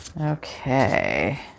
Okay